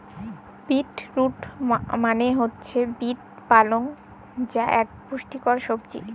beet root মনে হচ্ছে beet পালং যা এক পুষ্টিকর সবজি